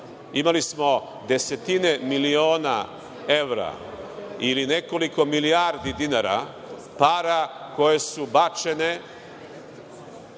Imali smo desetine miliona evra ili nekoliko milijardi dinara, para koje su bačene